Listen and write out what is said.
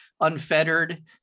unfettered